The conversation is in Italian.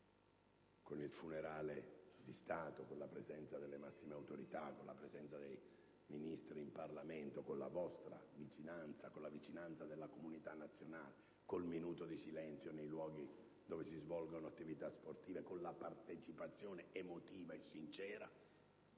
con il funerale di Stato, con la presenza delle massime autorità e dei Ministri in Parlamento, con la vicinanza vostra e della comunità nazionale, con il minuto di silenzio nei luoghi dove si svolgono attività sportive, con la partecipazione emotiva e sincera